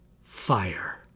Fire